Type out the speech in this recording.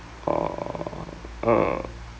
err err